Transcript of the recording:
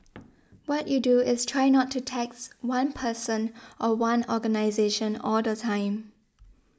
what you do is try not to tax one person or one organisation all the time